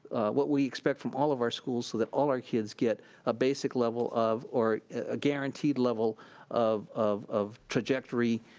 what we expect from all of our schools so that all our kids get a basic level of or a guaranteed level of of trajectory